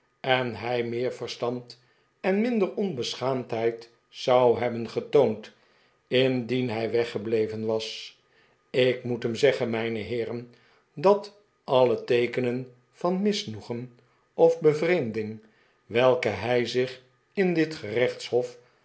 en hij meer verstand en minder onbeschaamdheid zou hebben getoond indien hij weggebleven was ik moet hem zeggen mijne heeren dat alle teekenen van misnoegen of bevreemding welke hij zich in dit gerechtshof